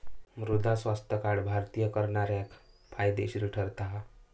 मृदा स्वास्थ्य कार्ड भारतीय करणाऱ्याक फायदेशीर ठरता हा